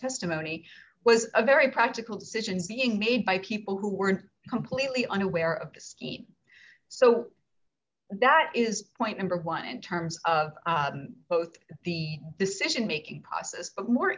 testimony was a very practical decisions being made by people who weren't completely unaware of this so that is point number one in terms of both the decision making process but more